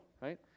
Right